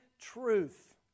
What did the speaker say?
truth